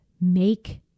make